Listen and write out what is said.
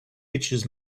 itches